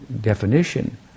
definition